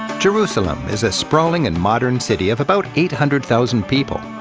jerusalem is a sprawling and modern city of about eight hundred thousand people.